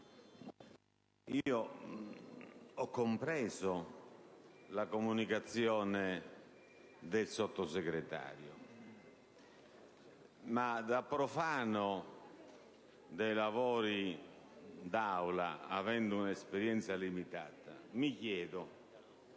ho compreso la comunicazione del Sottosegretario, ma da profano dei lavori d'Aula, avendo un'esperienza limitata, sono a chiedermi